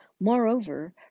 Moreover